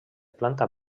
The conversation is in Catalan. planta